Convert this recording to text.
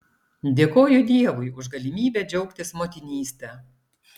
dėkoju dievui už galimybę džiaugtis motinyste